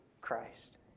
Christ